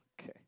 Okay